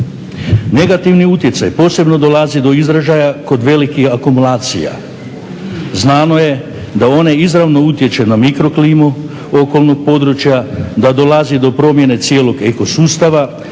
Negativni utjecaj posebno dolazi do izražaja kod velikih akumulacija. Znano je da one izravno utječu na mikroklimu okolnog područja, da dolazi do promjene cijelog ekosustava,